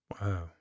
Wow